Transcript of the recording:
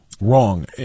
wrong